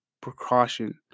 precaution